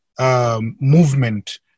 movement